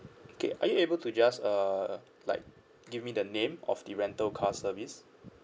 okay are you able to just uh like give me the name of the rental car service